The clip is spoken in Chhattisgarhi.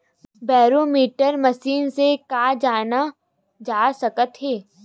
बैरोमीटर मशीन से का जाना जा सकत हे?